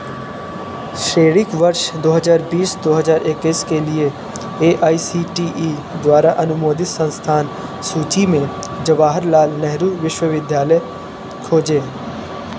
शैक्षणिक वर्ष दो हज़ार बीस दो हज़ार इक्कीस के लिए A I C T E द्वारा अनुमोदित संस्थान सूची में जवाहरलाल नेहरू विश्वविद्यालय खोजें